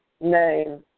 name